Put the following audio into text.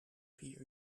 vier